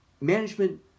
management